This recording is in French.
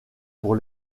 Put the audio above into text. pour